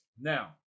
Now